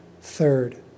Third